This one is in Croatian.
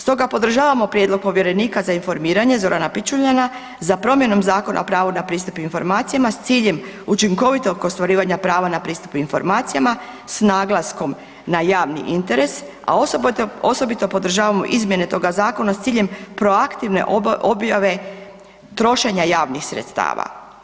Stoga podržavamo prijedlog povjerenika za informiranje Zorana Pičuljana za promjenom Zakona o pravu na pristup informacijama s ciljem učinkovitog ostvarivanja prava na pristup informacijama s naglaskom na javni interes, a osobito podržavamo izmjene toga zakona s ciljem proaktivne objave trošenja javnih sredstava.